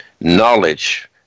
knowledge